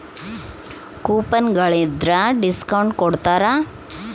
coupon ಗಳಿದ್ರ discount ಕೊಡ್ತಾರ